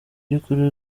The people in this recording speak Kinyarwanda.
by’ukuri